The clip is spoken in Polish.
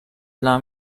dla